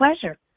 pleasure